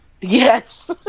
yes